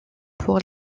pour